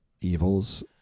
evils